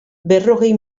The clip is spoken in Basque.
berrogei